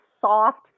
soft